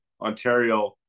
Ontario